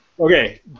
Okay